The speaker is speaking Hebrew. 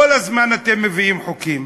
כל הזמן אתם מביאים חוקים,